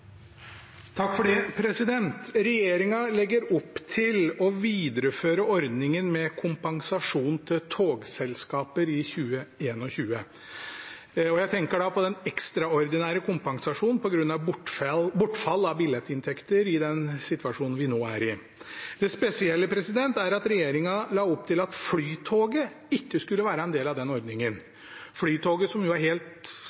legger opp til å videreføre ordningen med kompensasjon til togselskaper i 2021. Jeg tenker da på den ekstraordinære kompensasjonen på grunn av bortfall av billettinntekter i den situasjonen vi nå er i. Det spesielle er at regjeringen la opp til at Flytoget ikke skulle være en del av den ordningen – Flytoget som jo er helt